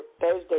Thursday